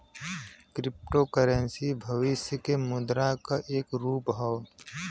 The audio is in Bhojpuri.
क्रिप्टो करेंसी भविष्य के मुद्रा क एक रूप हौ